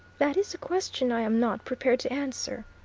that is a question i am not prepared to answer,